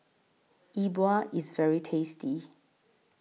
Yi Bua IS very tasty